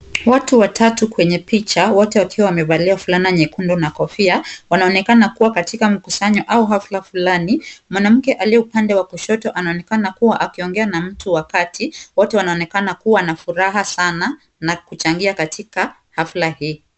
Watu watatu kwenye picha, wote wakiwa wamevalia fulana nyekundu na kofia, wanaonekana kuwa kwenye mkusanyo au hafla fulani. Mwanamke aliye upande wa kushoto anaonekana kuwa akiongea na mtu wa kati. Wote wanaonekana kuwa na furaha sana na kuchangia katika hafla hii.